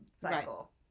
cycle